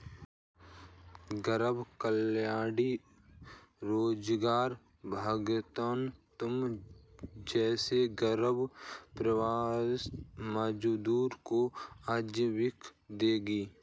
गरीब कल्याण रोजगार अभियान तुम जैसे गरीब प्रवासी मजदूरों को आजीविका देगा